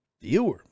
viewer